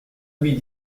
lui